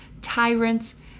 tyrants